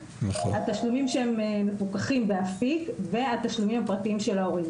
התשלומים שמפוקחים באפיק והתשלומים הפרטיים של ההורים.